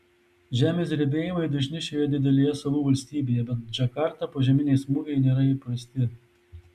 žemės drebėjimai dažni šioje didelėje salų valstybėje bet džakartą požeminiai smūgiai nėra įprasti